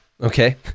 okay